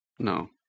No